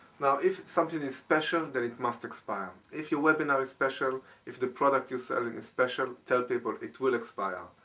now if something is special than it must expire. if your webinar is special, if the product you're selling is special, tell people, it will expire.